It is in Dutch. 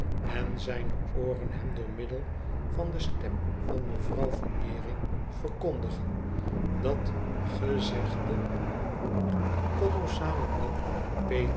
en zijne ooren hem door middel van de stem van mevrouw veneering verkondigen dat gezegde kolossale man